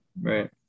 Right